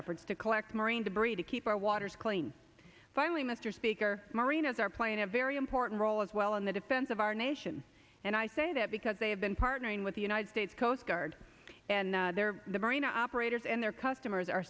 efforts to collect marine debris to keep our waters clean finally mr speaker merinos are playing a very important role as well in the defense of our nation and i say that because they have been partnering with the united states coast guard and the marine operators and their customers are